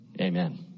Amen